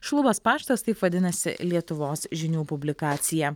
šlubas paštas taip vadinasi lietuvos žinių publikacija